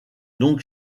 donc